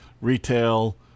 retail